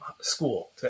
school